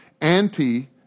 Anti